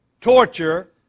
torture